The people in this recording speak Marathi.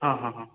हां हां हां